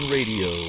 Radio